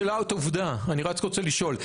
שאלת, עובדה, אני רק רוצה לשאול.